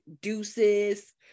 deuces